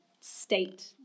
state